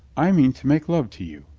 i mean to make love to you.